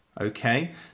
Okay